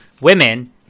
women